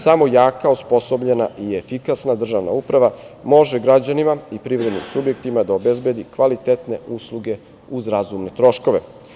Samo jaka, osposobljenja i efikasna državna uprava može građanima i privrednim subjektima da obezbedi kvalitetne usluge uz razumne troškove.